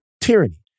tyranny